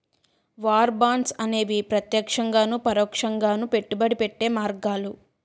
war bonds అనేవి ప్రత్యక్షంగాను పరోక్షంగాను పెట్టుబడి పెట్టే మార్గాలు